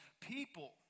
people